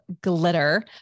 glitter